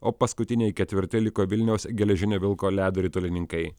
o paskutiniai ketvirti liko vilniaus geležinio vilko ledo ritulininkai